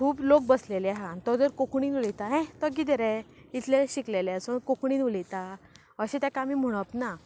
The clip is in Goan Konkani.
खूब लोक बसलेले आसा आनी तो जर कोंकणीन उलयता हे तो किदें रे इतले शिकलेले आ सो कोंकणीन उलयता अशें ताका आमी म्हुणप ना